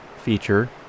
feature